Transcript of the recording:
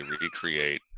recreate